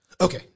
okay